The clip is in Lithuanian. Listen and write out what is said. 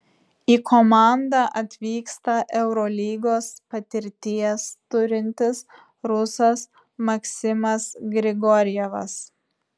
į komandą atvyksta eurolygos patirties turintis rusas maksimas grigorjevas